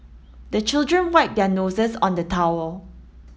the children wipe their noses on the towel